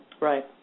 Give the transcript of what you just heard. Right